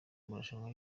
amarushanwa